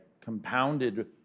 compounded